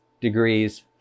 degrees